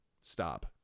Stop